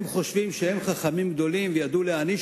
הם חושבים שהם חכמים גדולים וידעו להעניש